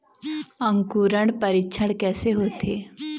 अंकुरण परीक्षण कैसे होथे?